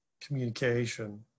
communication